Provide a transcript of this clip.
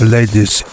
Ladies